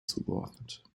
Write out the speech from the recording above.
zugeordnet